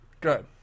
Good